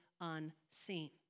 unseen